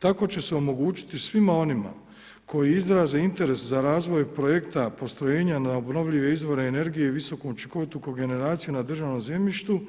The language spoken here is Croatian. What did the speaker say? Tako će se omogućiti svima onima koji izraze interes za razvoj projekta postrojenja na obnovljive izvore energije i visoko učinkovitu kogeneraciju na državnom zemljištu